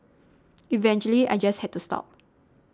eventually I just had to stop